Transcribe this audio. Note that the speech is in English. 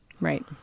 Right